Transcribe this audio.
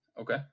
Okay